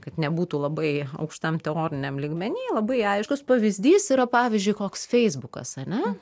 kad nebūtų labai aukštam teoriniam lygmeny labai aiškus pavyzdys yra pavyzdžiui koks feisbukas ane